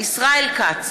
ישראל כץ,